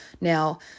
Now